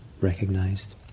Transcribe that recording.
recognized